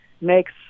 makes